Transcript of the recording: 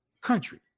country